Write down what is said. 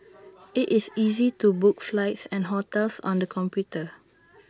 IT is easy to book flights and hotels on the computer